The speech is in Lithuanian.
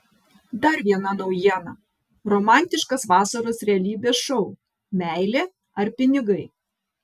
dar viena naujiena romantiškas vasaros realybės šou meilė ar pinigai